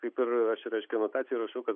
kaip ir aš reiškia ir anotacijoj rašau kad